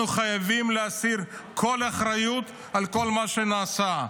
אנחנו חייבים להסיר כל אחריות על כל מה שנעשה,